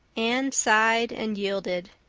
anne sighed and yielded.